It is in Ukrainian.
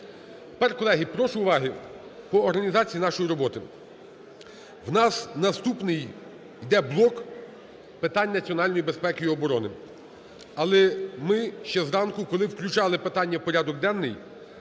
прошу уваги! По організації нашої роботи. В нас наступний йде блок питань національної безпеки і оборони, але ми ще зранку, коли включали питання в порядок денний,